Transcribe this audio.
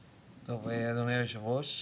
טוב, אדוני היושב ראש,